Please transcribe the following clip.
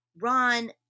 Ron